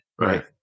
right